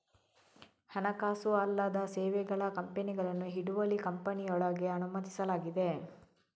ಹಣಕಾಸು ಅಲ್ಲದ ಸೇವೆಗಳ ಕಂಪನಿಗಳನ್ನು ಹಿಡುವಳಿ ಕಂಪನಿಯೊಳಗೆ ಅನುಮತಿಸಲಾಗಿದೆ